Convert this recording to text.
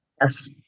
Yes